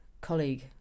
colleague